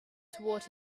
toward